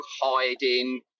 hiding